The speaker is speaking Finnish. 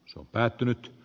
se on päätynyt tp